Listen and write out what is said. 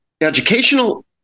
educational